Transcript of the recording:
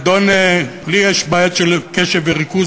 אדון, לי יש בעיות של קשב וריכוז.